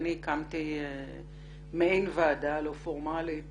אני הקמתי מעין ועדה לא פורמלית,